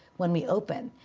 when we open.